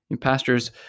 Pastors